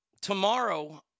Tomorrow